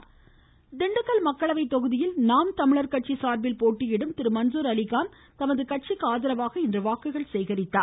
நாம் தமிழர் திண்டுக்கல் மக்களவை தொகுதியில் நாம் தமிழர் கட்சி சார்பில் போட்டியிடும் மன்சூர் அலிகான் தமது கட்சிக்கு ஆதரவாக இன்று வாக்கு சேகரித்தார்